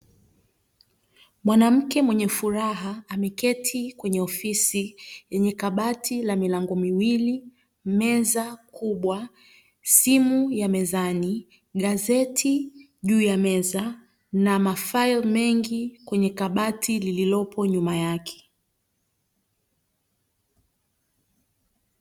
Mwanamke mwenye furaha, ameketi kwenye ofisi yenye kabati la milango miwili, meza kubwa , simu ya mezani, gazeti juu ya meza, na mafaili mengi , kwenye kabati lililopo nyuma yake.